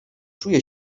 czuje